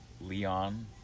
Leon